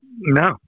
No